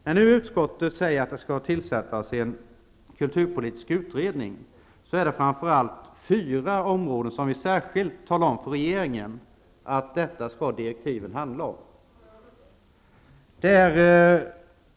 När nu utskottet säger att det skall tillsättas en kulturpolitisk utredning, är det framför allt fyra områden som skall ingå i direktiven, vilket vi särskilt talar om för regeringen.